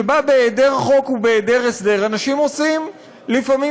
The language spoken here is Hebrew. שבה בהיעדר חוק ובהיעדר הסדר אנשים עושים לפעמים